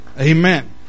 Amen